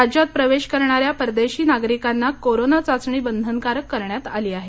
राज्यात प्रवेश करणाऱ्या परदेशी नागरिकांना कोरोना चाचणी बंधनकारक करण्यात आली आहे